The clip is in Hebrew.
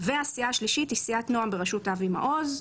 הסיעה השלישית היא סיעת "נעם - בראשות חבר הכנסת אבי מעוז",